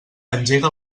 engega